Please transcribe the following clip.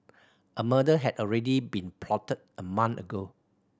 a murder had already been plotted a month ago